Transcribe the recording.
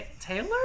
Taylor